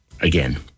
again